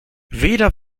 weder